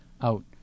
out